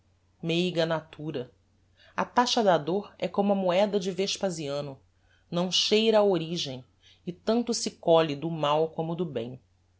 meiga natura a taxa da dor é como a moeda de vespasiano não cheira á origem e tanto se colhe do mal como do bem